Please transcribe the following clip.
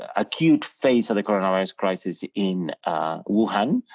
acute phase of the corona virus crisis in wuhan.